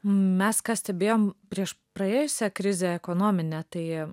mes ką stebėjom prieš praėjusią krizę ekonominę tai